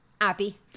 Abby